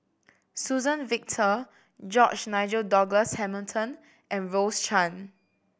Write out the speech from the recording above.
Suzann Victor George Nigel Douglas Hamilton and Rose Chan